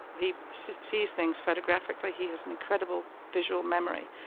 he sees things photographically, he has an incredible visual memory.